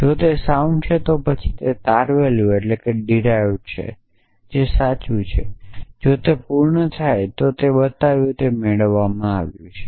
જો તે સાઉન્ડ છે તો પછી જે તારવેલું છે તે સાચું છે જો તે પૂર્ણ થાય તો તે જે બતાવ્યુ તે મેળવવામાં આવ્યું છે